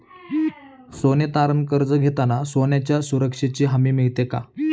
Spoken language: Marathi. सोने तारण कर्ज घेताना सोन्याच्या सुरक्षेची हमी मिळते का?